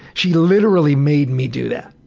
she literally made me do that.